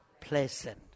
pleasant